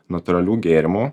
natūralių gėrimų